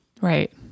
Right